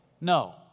No